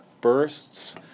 bursts